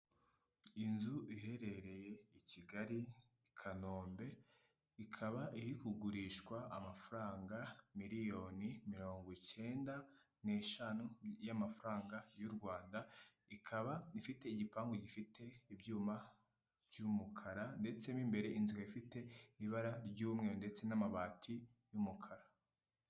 Inzu iherereye i Kigali i Kanombe ikaba iri kugurishwa amafaranga miliyoni mirongo ikenda n'eshanu y'amafaranga y'u Rwanda, ikaba ifite igipangu gifite ibyuma by'umukara, ndetse mo imbere inzu ikaba ifite ibara ry'umweru ndetse n'amabati y'umukara